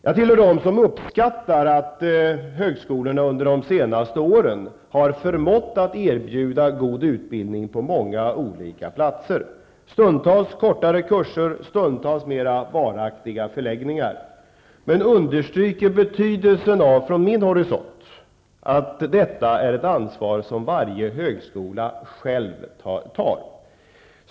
Jag tillhör dem som uppskattar att högskolorna under de senaste åren har förmått att erbjuda god utbildning på många olika platser. Stundtals har det varit kortare kurser, stundtals har det varit mera varaktiga förläggningar. Jag vill från min horisont understryka betydelsen av att detta är ett ansvar som varje högskola själv får ta.